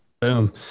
Boom